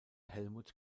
helmut